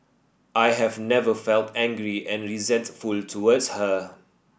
I have never felt angry and resentful towards her